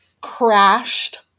crashed